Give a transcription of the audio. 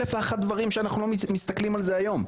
אלף ואחד דברים שאנחנו לא מסתכלים על זה היום,